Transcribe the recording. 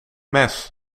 mes